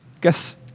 guess